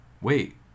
Wait